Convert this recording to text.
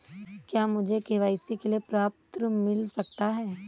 क्या मुझे के.वाई.सी के लिए प्रपत्र मिल सकता है?